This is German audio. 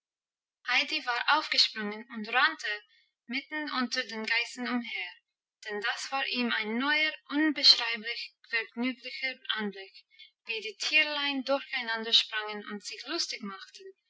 war aufgesprungen und rannte mitten unter den geißen umher denn das war ihm ein neuer unbeschreiblich vergnüglicher anblick wie die tierlein durcheinander sprangen und sich lustig machten